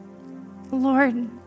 Lord